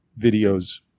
videos